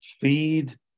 feed